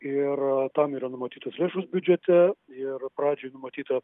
ir tam yra numatytos lėšos biudžete ir pradžiai numatyta